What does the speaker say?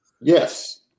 yes